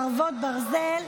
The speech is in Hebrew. חרבות ברזל)